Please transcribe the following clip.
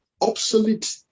obsolete